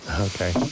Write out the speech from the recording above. Okay